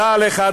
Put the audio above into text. דע לך,